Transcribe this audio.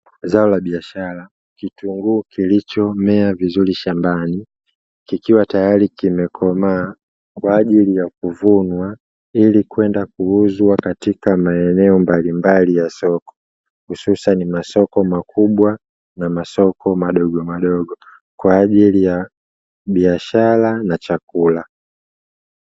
Zao la biashara, kitunguu kilichomea vizuri shambani, kikiwa tayari kimekomaa kwa ajili ya kuvunwa ili kwenda kuuzwa katika maeneo mbalimbali ya soko hususani masoko makubwa na masoko madogo madogo, kwa ajili ya biashara na chakula.